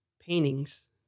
paintings